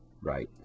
Right